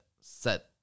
set